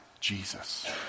Jesus